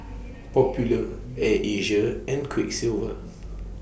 Popular Air Asia and Quiksilver